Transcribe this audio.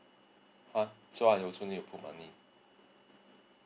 !huh! so I also need to put money